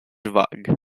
vague